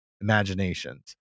imaginations